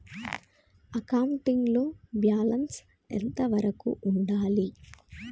Accounting లో balance ఎంత వరకు ఉండాలి?